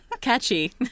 Catchy